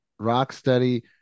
Rocksteady